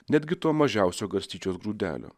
netgi to mažiausio garstyčios grūdelio